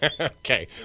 okay